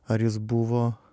ar jis buvo